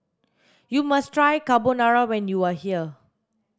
you must try Carbonara when you are here